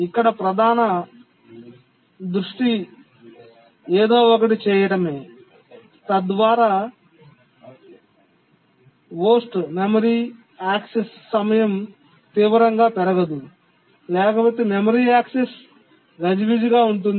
ఇక్కడ మా ప్రధాన దృష్టి ఏదో ఒకటి చేయడమే తద్వారా చెత్త మెమరీ ప్రాప్యత సమయం తీవ్రంగా పెరగదు లేకపోతే మెమరీ యాక్సెస్ గజిబిజిగా ఉంటుంది